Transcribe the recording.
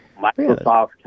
Microsoft